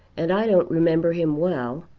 and i don't remember him well.